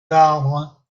d’arbres